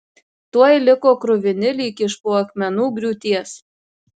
tuoj liko kruvini lyg iš po akmenų griūties